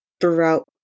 throughout